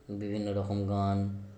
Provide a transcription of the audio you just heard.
বিভিন্ন রকম গান